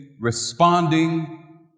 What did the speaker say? responding